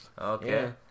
Okay